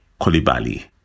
Kolibali